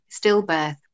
stillbirth